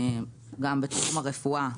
גם בתחום הרפואה,